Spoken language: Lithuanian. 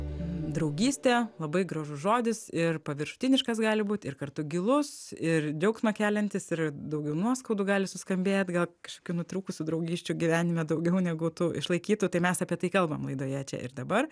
draugystė labai gražus žodis ir paviršutiniškas gali būt ir kartu gilus ir džiaugsmą keliantis ir daugiau nuoskaudų gali suskambėt gal kažkokių nutrūkusių draugysčių gyvenime daugiau negu tų išlaikytų tai mes apie tai kalbam laidoje čia ir dabar